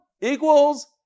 equals